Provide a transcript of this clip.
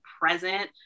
present